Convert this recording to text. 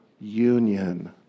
union